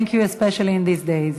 Thank you, especially in these days.